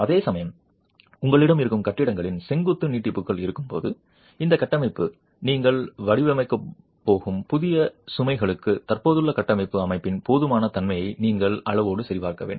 அதேசமயம் உங்களிடம் இருக்கும் கட்டிடங்களின் செங்குத்து நீட்டிப்புகள் இருக்கும்போது இந்த கட்டமைப்பை நீங்கள் வடிவமைக்கப் போகும் புதிய சுமைகளுக்கு தற்போதுள்ள கட்டமைப்பு அமைப்பின் போதுமான தன்மையை நீங்கள் அளவோடு சரிபார்க்க வேண்டும்